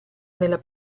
nella